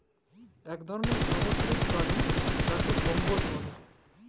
ইক ধরলের সামুদ্দিরিক পেরালি যাকে কম্বোজ ব্যলে